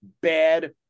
bad